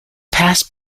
past